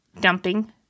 dumping